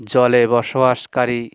জলে বসবাসকারী